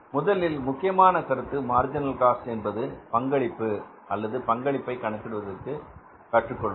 முதலில் முக்கியமான கருத்து மார்ஜினல் காஸ்ட் என்பது பங்களிப்பு அல்லது பங்களிப்பை கணக்கிடுவதற்கு கற்றுக்கொள்வது